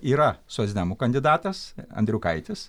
yra socdemų kandidatas andriukaitis